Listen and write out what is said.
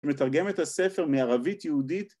‫ומתרגם את הספר מערבית-יהודית,